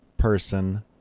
person